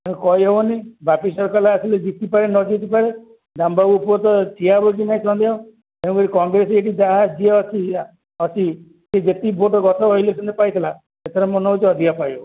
କହିହେବନି ବାପି ସରକାର ଆସିଲେ ଜିତିପାରେ ନ ଜିତିପାରେ ଦାମ ବାବୁ ପୁଅ ତ ଠିଆ ବୁଝି ନାଇ ସନ୍ଦେହ ତେଣୁକରି କଂଗ୍ରେସ ଏଠି ଯାହା ଯିଏ ଅଛି ଅଛି ସେ ଯେତିକି ଭୋଟ୍ ଗତ ବର୍ଷ ରହିଲେ ସେ ପାଇଥିଲା ସେଥିରେ ମନେ ହେଉଛି ଅଧିକା ପାଇବ